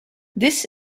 this